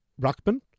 Ruckman